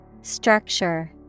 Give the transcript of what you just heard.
Structure